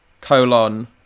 colon